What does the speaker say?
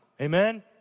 Amen